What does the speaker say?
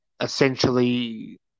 essentially –